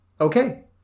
Okay